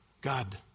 God